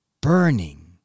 burning